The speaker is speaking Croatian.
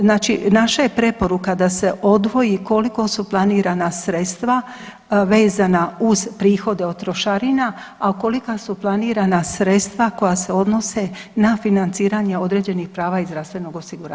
Znači naša je preporuka da se odvoji koliko su planirana sredstva vezana uz prihode od trošarina, a kolika su planirana sredstva koja se odnose na financiranje određenih prava iz zdravstvenog osiguranja.